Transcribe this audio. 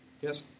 Yes